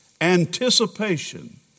Anticipation